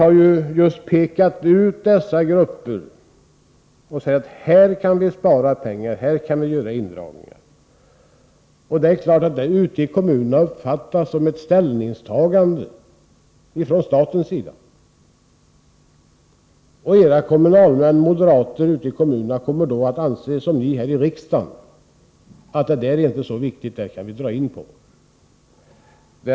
Ni har ju pekat ut dessa grupper och sagt att man här kan göra indragningar och spara pengar. Ute i kommunerna uppfattas detta givetvis såsom ett ställningstagande från statens sida. Era moderata kommunalmän kommer då liksom ni i riksdagen att anse att dessa verksamheter inte är så viktiga och att man kan dra in på dem.